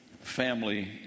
Family